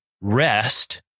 rest